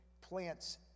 plants